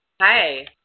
Hi